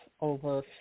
over